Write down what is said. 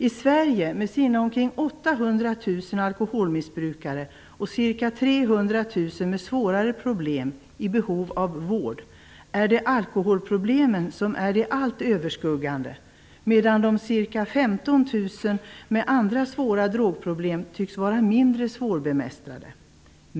I Sverige, med sina omkring 800 000 alkoholmissbrukare och ca 300 000 som har svårare problem och är i behov av vård, är det alkoholproblemen som är helt överskuggande, medan de ca 15 000 med andra svåra drogproblem tycks vara mindre svårbemästrade.